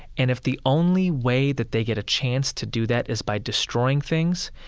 and if the only way that they get a chance to do that is by destroying things,